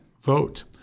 vote